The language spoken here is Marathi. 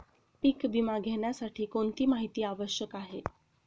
पीक विमा घेण्यासाठी कोणती माहिती आवश्यक आहे?